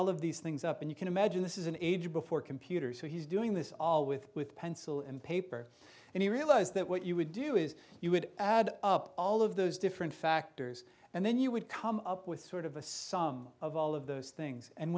all of these things up and you can imagine this is an age before computers so he's doing this all with with pencil and paper and he realized that what you would do is you would add up all of those different factors and then you would come up with sort of a sum of all of those things and